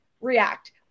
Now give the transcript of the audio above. react